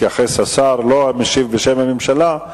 יתייחס השר, לא המשיב בשם הממשלה,